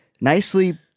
nicely